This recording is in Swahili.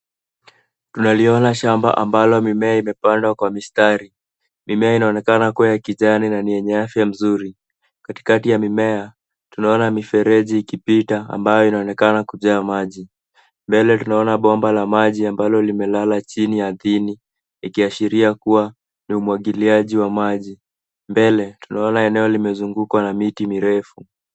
Tunaliona shamba ambalo mimea imepandwa kwa mistari. Mimea inaonekana kuwa ya kijani na ni yenye afya nzuri. Katikati ya mimea, tunaona mifereji ikipita, ambayo inaonekana kujaa maji. Mbele, tunaona bomba la maji ambalo limelala chini ardhini, ikiashiria kuwa ni umwagiliaji wa maji . Mbele, tunaona eneo limezungukwa na miti mirefu.